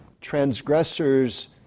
transgressors